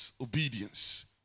obedience